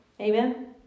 Amen